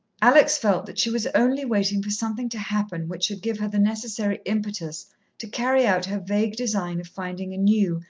alex felt that she was only waiting for something to happen which should give her the necessary impetus to carry out her vague design of finding a new,